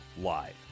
live